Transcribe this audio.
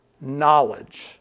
knowledge